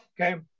Okay